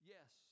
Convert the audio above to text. Yes